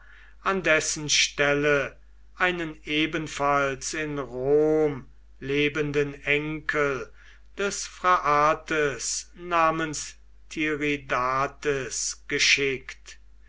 an dessen stelle einen ebenfalls in rom lebenden enkel des phraates namens tiridates geschickt